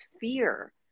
fear